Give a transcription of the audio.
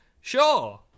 sure